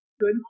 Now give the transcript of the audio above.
good